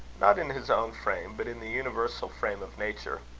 not in his own frame, but in the universal frame of nature.